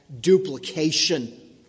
duplication